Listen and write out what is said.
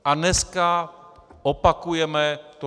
A dneska opakujeme totéž.